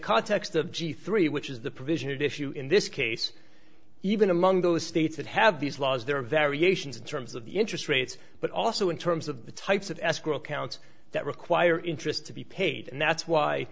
context of g three which is the provision of issue in this case even among those states that have these laws there are variations in terms of the interest rates but also in terms of the types of escrow accounts that require interest to be paid and that's why